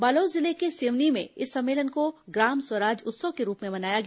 बालोद जिले के सिवनी में इस सम्मेलन को ग्राम स्वराज उत्सव के रूप में मनाया गया